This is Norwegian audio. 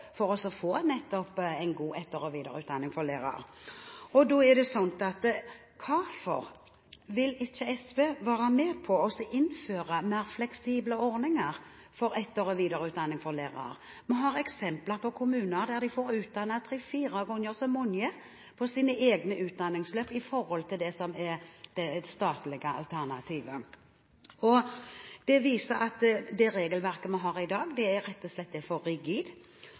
for nettopp å få en god etter- og videreutdanning for lærere. Hvorfor vil ikke SV være med på å innføre mer fleksible ordninger for etter- og videreutdanning for lærere? Vi har eksempler på kommuner der de får utdannet tre–fire ganger så mange på sine egne utdanningsløp i forhold til det som er det statlige alternativet. Det viser at det regelverket vi har i dag, rett og slett er for rigid.